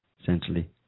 essentially